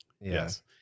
Yes